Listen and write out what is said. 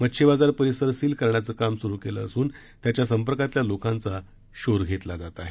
मच्छीबाजार परिसर सील करण्याचे काम सुरू केले असून त्याच्या संपर्कातील लोकांचा शोध घेतला जात आहे